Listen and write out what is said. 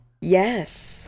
yes